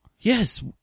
Yes